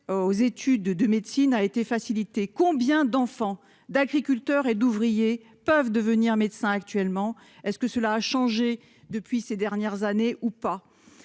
aux études de médecine a été facilitée. Combien d'enfants d'agriculteurs et d'ouvriers peuvent devenir médecin actuellement est-ce que cela a changé depuis ces dernières années ou pas.